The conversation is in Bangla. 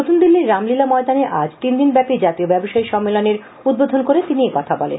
নতুন দিল্লির রামলীলা ময়দানে আজ তিনদিনব্যাপী জাতীয় ব্যবসায়ী সম্মেলনের উদ্বোধন করে তিনি একথা বলেন